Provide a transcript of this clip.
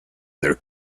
other